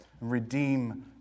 Redeem